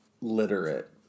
literate